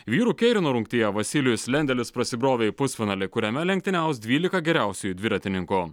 vyrų keirino rungtyje vasilijus lendelis prasibrovė į pusfinalį kuriame lenktyniaus dvylika geriausiųjų dviratininkų